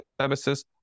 services